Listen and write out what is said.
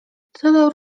tyle